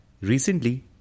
Recently